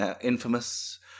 infamous